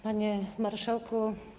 Panie Marszałku!